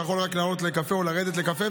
אתה יכול רק לעלות לקפה או לרדת לקפה,